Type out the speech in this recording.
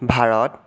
Bharat